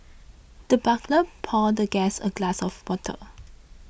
the butler poured the guest a glass of water